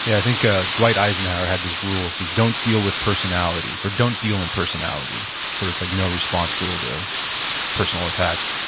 yeah i think ah dwight eisenhower had this rule. it says don't deal with personalities. or don't deal in personalities. so sort of like no response rule to personal attacks.